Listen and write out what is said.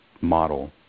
model